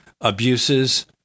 abuses